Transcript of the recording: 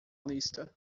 lista